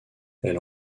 elle